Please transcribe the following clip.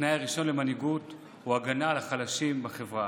התנאי הראשון למנהיגות הוא הגנה על החלשים בחברה.